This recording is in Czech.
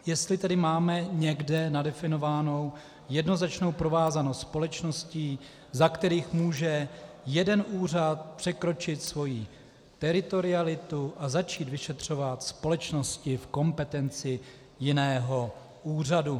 Jestli máme někde nadefinovanou jednoznačnou provázanost společností, za kterých může jeden úřad překročit svoji teritorialitu a začít vyšetřovat společnosti v kompetenci jiného úřadu.